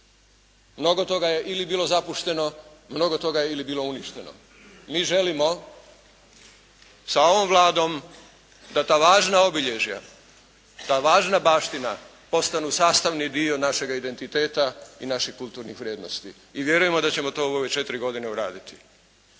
Mnogo toga je ili bilo zapušteno, mnogo toga je ili bilo uništeno. Mi želimo sa ovom Vladom da ta važna obilježja, ta važna baština postanu sastavni dio našega identiteta i naših kulturnih vrijednosti i vjerujemo da ćemo to u ove 4 godine uraditi.